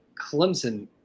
Clemson